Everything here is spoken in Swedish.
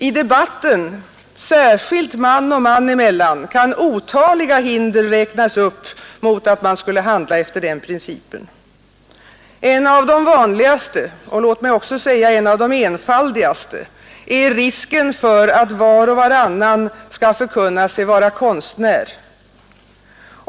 I debatten, särskilt man och man emellan, kan otaliga hinder räknas upp mot att man skulle handla efter den principen. En av de vanligaste — och låt mig säga enfaldigaste — är risken för att var och varannan skall förkunna sig vara konstnär.